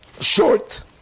Short